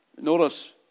Notice